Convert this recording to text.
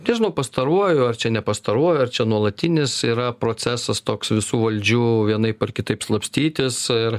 nežinau pastaruoju ar čia ne pastaruoju ar čia nuolatinis yra procesas toks visų valdžių vienaip ar kitaip slapstytis ir